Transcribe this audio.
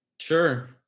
Sure